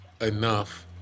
enough